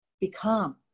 become